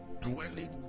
dwelling